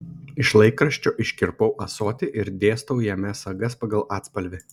iš laikraščio iškirpau ąsotį ir dėstau jame sagas pagal atspalvį